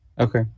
Okay